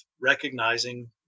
recognizing